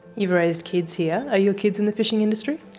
you've raised kids here, are your kids in the fishing industry?